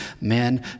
men